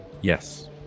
Yes